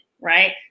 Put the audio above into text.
right